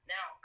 Now